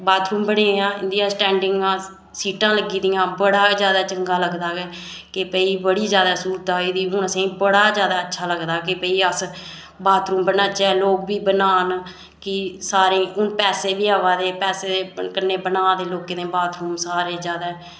bathroom बनी दियां इंदियां स्टैंडिंग सीटां लग्गी दियां बड़ा ज्यादा चंगा लगदा के भाई बड़ी ज्यादा स्हूलतां एह्दी हून असेंगी बड़ा ज्यादा अच्छा लगदै भाई असें बाथरूम बनाचै लोग बी बनान की सारें गी हून पैसे बी आवा दे पैसे कन्ने बना दे लोकें दे बाथरूम सारें ज्यादा